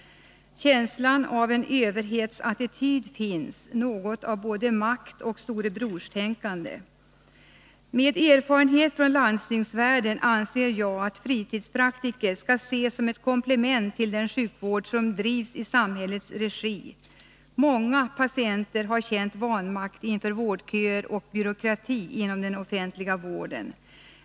Känslan av en överhetsattityd finns — något av både maktoch storebrorstänkande. Med erfarenhet från landstingsvärlden anser jag att fritidspraktiker skall ses som ett komplement till den sjukvård som drivs i samhällets regi. Många patienter har känt vanmakt inför vårdköer och byråkrati inom den offentliga vården.